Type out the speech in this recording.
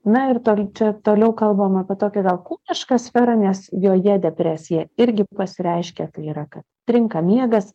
na ir tol čia toliau kalbam apie tokią gal ūkišką sferą nes joje depresija irgi pasireiškia tai yra kad trinka miegas